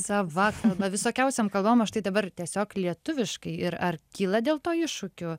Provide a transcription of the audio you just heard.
sava kalba visokiausiom kalbom o štai dabar tiesiog lietuviškai ir ar kyla dėl to iššūkių